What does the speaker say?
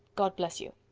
god bless you.